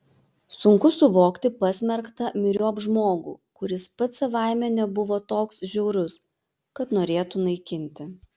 sunku suvokti pasmerktą myriop žmogų kuris pats savaime nebuvo toks žiaurus kad norėtų naikinti